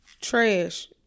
Trash